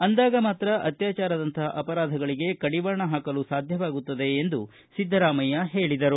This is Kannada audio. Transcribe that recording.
ಅಂದಾಗ ಮಾತ್ರ ಅತ್ವಾಚಾರದಂಥ ಅಪರಾಧಗಳಿಗೆ ಕಡಿವಾಣ ಹಾಕಲು ಸಾಧ್ಯವಾಗುತ್ತದೆ ಎಂದು ಸಿದ್ದರಾಮಯ್ಯ ಹೇಳಿದರು